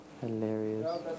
Hilarious